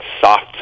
soft